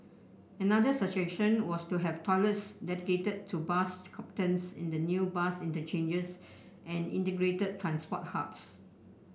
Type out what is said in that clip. another suggestion was to have toilets dedicated to bus captains in the new bus interchanges and integrated transport hubs